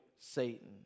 Satan